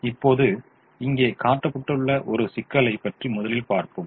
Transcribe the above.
இப்போது இங்கே காட்டப்பட்டுள்ள ஒரு சிக்கலைப் பற்றி முதலில் பார்ப்போம்